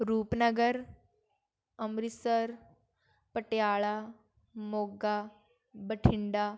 Rupnagar Amritsar Patiala Moga Bathinda